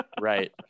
right